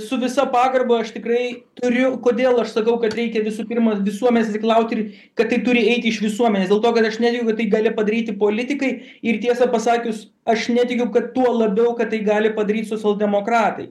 su visa pagarba aš tikrai turiu kodėl aš sakau kad reikia visų pirma visuomenės reikalauti ir kad tai turi eiti iš visuomenės dėl to kad aš netikiu kad tai gali padaryti politikai ir tiesą pasakius aš netikiu kad tuo labiau kad tai gali padaryt socialdemokratai